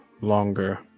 longer